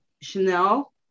Chanel